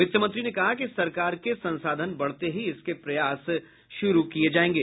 वित्त मंत्री ने कहा कि सरकार के संसाधन बढ़ते ही इसके प्रयास शुरू किये जायेंगे